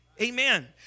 Amen